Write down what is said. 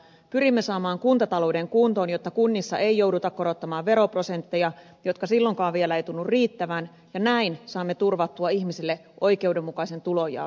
pyrimme saamaan kuntatalouden kuntoon jotta kunnissa ei jouduta korottamaan veroprosentteja jotka silloinkaan vielä eivät tunnu riittävän ja näin saamme turvattua ihmisille oikeudenmukaisen tulonjaon